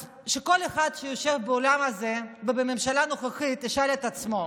אז שכל אחד שיושב באולם הזה ובממשלה הנוכחית ישאל את עצמו: